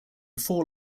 four